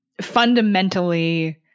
fundamentally